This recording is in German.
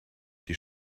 die